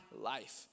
life